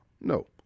No